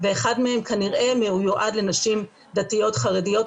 ואחד מהם כנראה מיועד לנשים דתיות חרדיות,